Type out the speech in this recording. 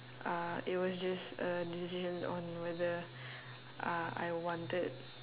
uh it was just a decision on whether uh I wanted